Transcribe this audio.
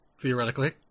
Theoretically